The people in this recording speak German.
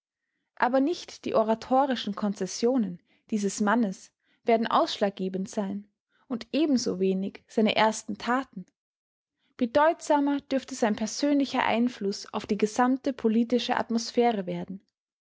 aber nicht die oratorischen konzessionen dieses mannes werden ausschlaggebend sein und ebensowenig seine ersten taten bedeutsamer dürfte sein persönlicher einfluß auf die gesamte politische atmosphäre werden